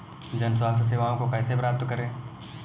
जन स्वास्थ्य सेवाओं को कैसे प्राप्त करें?